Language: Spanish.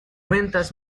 ventas